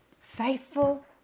faithful